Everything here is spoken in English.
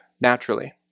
naturally